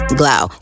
glow